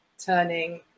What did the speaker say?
turning